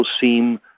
seem